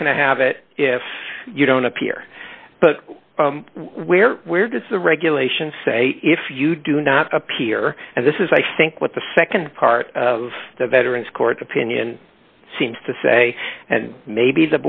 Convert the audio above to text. not going to have it if you don't appear but where where does the regulation say if you do not appear and this is i think what the nd part of the veterans court opinion seems to say and maybe